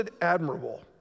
admirable